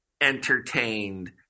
entertained